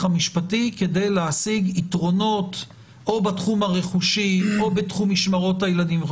המשפטי כדי להשיג יתרונות או בתחום הרכושי או בתחום משמורת הילדים.